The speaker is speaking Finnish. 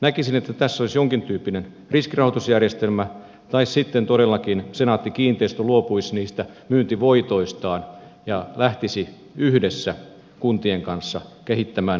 näkisin että tässä olisi jonkin tyyppinen riskirahoitusjärjestelmä tai sitten todellakin senaatti kiinteistöt luopuisi niistä myyntivoitoistaan ja lähtisi yhdessä kuntien kanssa kehittämään näitä alueita